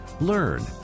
Learn